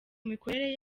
mikorere